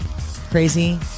crazy